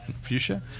Fuchsia